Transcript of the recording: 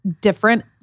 different